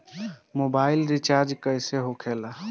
Mobile recharge कैसे होखे ला?